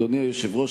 אדוני היושב-ראש,